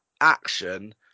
action